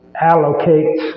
allocate